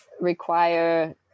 require